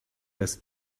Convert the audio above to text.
das